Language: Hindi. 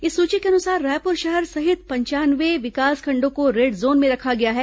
इस सूची के अनुसार रायपुर शहर सहित पंचानवे विकासखंडों को रेड जोन में रखा गया है